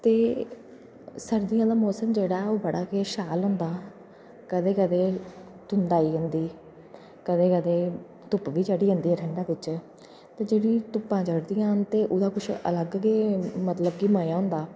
ते सर्दियें दा मौसम जेह्ड़ा ऐ ओह् बड़ा गै शैल होंदा कदें कदें धुंध आई जंदी कदें कदें धुप्प बी चढ़ी जंदी ठंड बिच ते जेह्ड़ियां धुप्पां चढ़दियां न ते ओह्दा किश अलग गै मतलब कि मजा होंदा